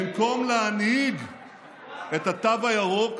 במקום להנהיג את התו הירוק